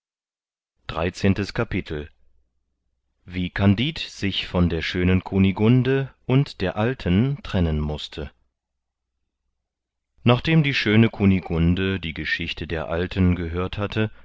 dreizehntes kapitel wie kandid sich von der schönen kunigunde und der alten trennen mußte nachdem die schöne kunigunde die geschichte der alten gehört hatte